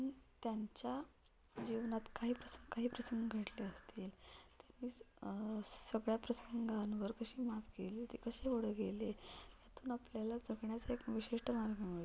त्यांच्या जीवनात काही प्रसंग काही प्रसंग घडले असतील त्यांनी सगळ्या प्रसंगांवर कशी मात केली ते कशे पुढे गेले त्यातून आपल्याला जगण्याचा एक विशिष्ट मार्ग मिळतो